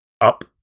Up